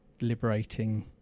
liberating